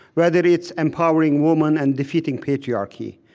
whether it's empowering women and defeating patriarchy,